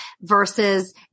versus